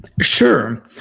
Sure